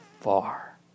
far